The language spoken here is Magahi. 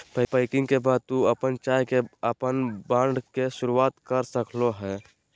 पैकिंग के बाद तू अपन चाय के अपन ब्रांड के साथ शुरू कर सक्ल्हो हें